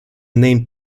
named